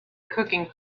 cooking